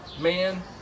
man